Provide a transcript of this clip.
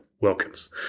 Wilkins